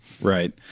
right